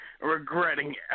regretting